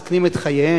מסכנים את חייהם.